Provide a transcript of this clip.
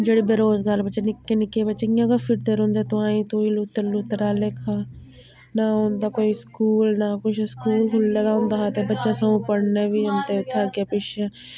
जेह्ड़े बेरोज़गार बच्चे निक्के न निक्के बच्चे इ'यां गै फिरदे रौंह्दे तुआई तुई लुत्तर लुत्तर आह्ला लेखा नां उं'दा कोई स्कूल ऐ नां कोई कुछ स्कूल खुल्ले दा होंदा हा ते बच्चा सगुआं पढ़ने बी आंदे उत्थें अग्गें पिच्छें पिच्छें